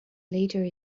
later